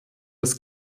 das